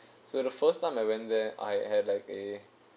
so the first time I went there I have like a